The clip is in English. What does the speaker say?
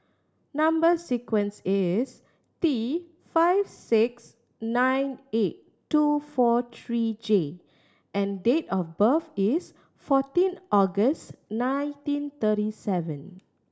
number sequence is T five six nine eight two four three J and date of birth is fourteen August nineteen thirty seven